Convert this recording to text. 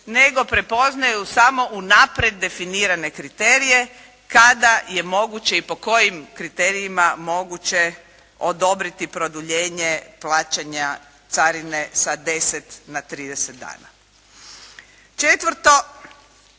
nego prepoznaju samo unaprijed definirane kriterije kada je moguće i po kojim kriterijima moguće odobriti produljenje plaćanja carine sa deset na trideset dana. Četvrto.